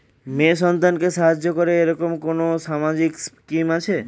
মেয়ে সন্তানকে সাহায্য করে এরকম কি কোনো সামাজিক স্কিম আছে?